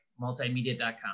multimedia.com